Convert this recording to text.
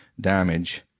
damage